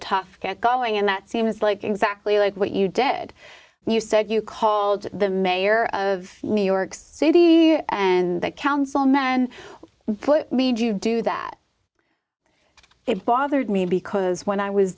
tough get going and that seems like exactly like what you did you said you called the mayor of new york city and that councilmen what made you do that it bothered me because when i was